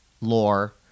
lore